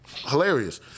Hilarious